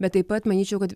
bet taip pat manyčiau kad